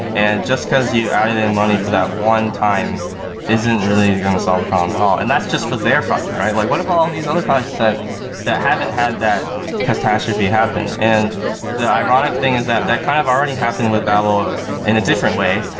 and just because you added in money for that one time isn't really going to solve the problem at and all. and that's just for their project, right? like what about all these other projects that that haven't had that catastrophe happen? and the ironic thing is that that kind of already happened with babel in a different way,